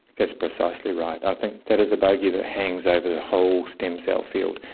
that's precisely right. i think that is a bogey that hangs over the whole stem cell field.